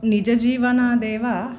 निजजीवनादेव